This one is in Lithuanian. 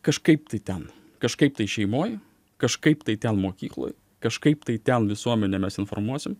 kažkaip tai ten kažkaip tai šeimoj kažkaip tai ten mokykloj kažkaip tai ten visuomenę mes informuosim